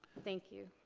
thank you.